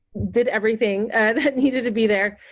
did everything that needed to be there.